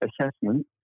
assessment